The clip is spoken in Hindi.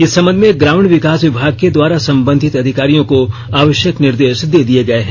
इस संबध में ग्रामीण विकास विभाग के द्वारा संबधित अधिकारियों को आवश्यक निर्देश दे दिए गए हैं